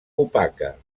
opaca